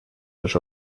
els